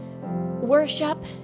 worship